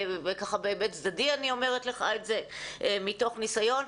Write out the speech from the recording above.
בהיבט צדדי אני אומרת לך את זה מתוך ניסיון.